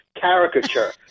caricature